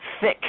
thick